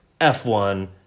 F1